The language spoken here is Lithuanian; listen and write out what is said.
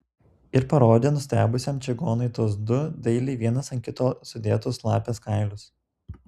ir parodė nustebusiam čigonui tuos du dailiai vienas ant kito sudėtus lapės kailius